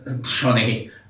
Johnny